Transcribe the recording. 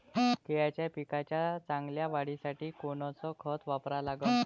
केळाच्या पिकाच्या चांगल्या वाढीसाठी कोनचं खत वापरा लागन?